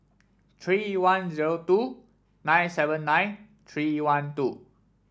three one zero two nine seven nine three one two